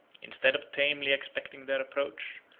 instead of tamely expecting their approach,